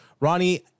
ronnie